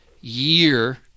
year